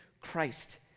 Christ